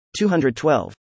212